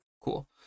Cool